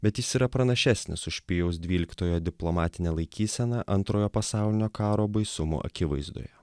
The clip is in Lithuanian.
bet jis yra pranašesnis už pijaus dvyliktojo diplomatinę laikyseną antrojo pasaulinio karo baisumo akivaizdoje